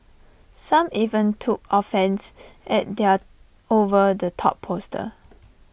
some even took offence at their over the top poster